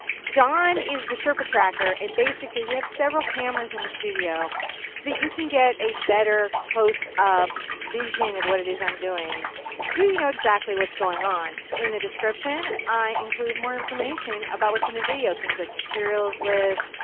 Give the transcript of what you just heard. john is the sherpa tracker. and basically, we have several cameras in the studio so that you can get a better close up vision of what it is i'm doing so that you know exactly what's going on. in the description, i include more information about what's in the video. things like materials list,